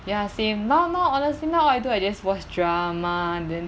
ya same now now honestly now all I do I just watch drama and then